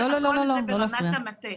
כל זה ברמת המטה.